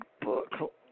book